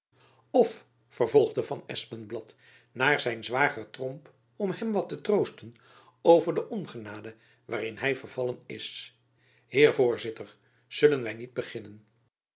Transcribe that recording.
of vervolgde van espenblad naar zijn zwager tromp om hem wat te troosten over de ongenade waarin hy vervallen is heer voorzitter zullen wy niet beginnen